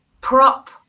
prop